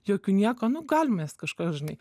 jokių nieko nu galim mes kažką žinai